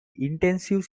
intensive